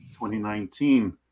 2019